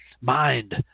mind